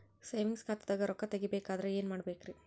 Savings ಖಾತಾದಾಗ ರೊಕ್ಕ ತೇಗಿ ಬೇಕಾದರ ಏನ ಮಾಡಬೇಕರಿ?